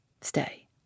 Stay